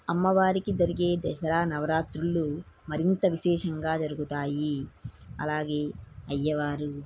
అమ్మవారికి జరిగే దసరా నవరాత్రులు మరింత విశేషంగా జరుగుతాయి అలాగే అయ్యవారు